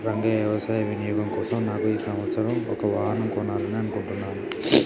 రంగయ్య వ్యవసాయ వినియోగం కోసం నాకు ఈ సంవత్సరం ఒక వాహనం కొనాలని అనుకుంటున్నాను